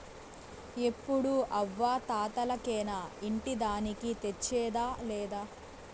ఎప్పుడూ అవ్వా తాతలకేనా ఇంటి దానికి తెచ్చేదా లేదా